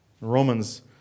Romans